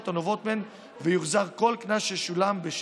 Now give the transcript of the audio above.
הנובעות מהן ויוחזר כל קנס ששולם בשלן.